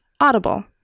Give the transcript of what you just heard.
Audible